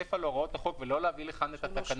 לצפצף על הוראות החוק מדצמבר 2017 ולא להביא לכאן את התקנות,